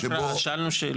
שאלנו שאלות.